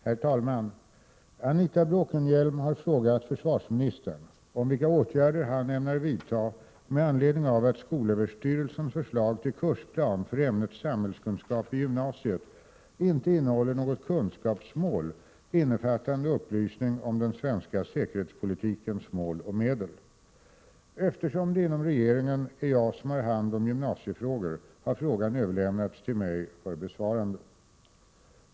Herr talman! Anita Bråkenhielm har frågat försvarsministern om vilka åtgärder han ämnar vidta med anledning av att skolöverstyrelsens förslag till kursplan för ämnet samhällskunskap i gymnasiet inte innehåller något kunskapsmål innefattande upplysning om den svenska säkerhetspolitikens mål och medel. Eftersom det inom regeringen är jag som har hand om gymnasiefrågor har frågan överlämnats till mig för besvarande.